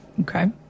Okay